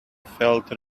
felt